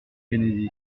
kennedy